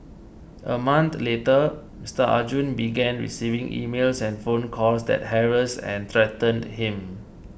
a month later Mister Arjun began receiving emails and phone calls that harassed and threatened him